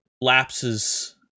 lapses